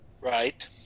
Right